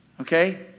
okay